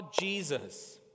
Jesus